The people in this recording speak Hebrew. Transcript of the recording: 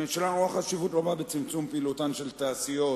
הממשלה רואה חשיבות רבה בצמצום פעילותן של תעשיות